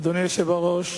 אדוני היושב-ראש,